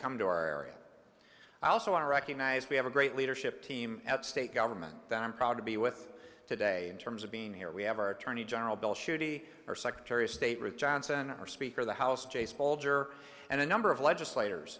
come to our area i also want to recognize we have a great leadership team at state government that i'm proud to be with today in terms of being here we have our attorney general bill shooty are secretary of state route johnson or speaker of the house jase bolger and a number of legislators